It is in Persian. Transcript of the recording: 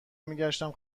میگشتم